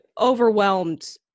Overwhelmed